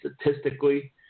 statistically